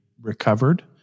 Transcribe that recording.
recovered